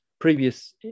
previous